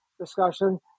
discussion